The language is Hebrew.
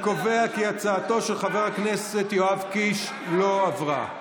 אני קובע כי הצעתו של חבר הכנסת יואב קיש לא עברה.